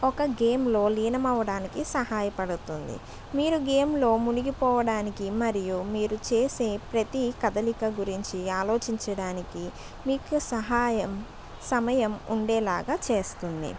ఒక గేమ్లో లీనమవ్వడానికి సహాయపడుతుంది మీరు గేమ్లో మునిగిపోవడానికి మరియు మీరు చేసే ప్రతి కదలిక గురించి ఆలోచించడానికి మీకు సహాయం సమయం ఉండేలాగా చేస్తుంది